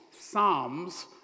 psalms